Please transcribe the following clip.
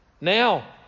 now